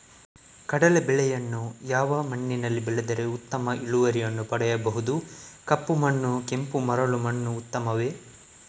ಕಡಲೇ ಬೆಳೆಯನ್ನು ಯಾವ ಮಣ್ಣಿನಲ್ಲಿ ಬೆಳೆದರೆ ಉತ್ತಮ ಇಳುವರಿಯನ್ನು ಪಡೆಯಬಹುದು? ಕಪ್ಪು ಮಣ್ಣು ಕೆಂಪು ಮರಳು ಮಣ್ಣು ಉತ್ತಮವೇ?